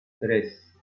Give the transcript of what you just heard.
tres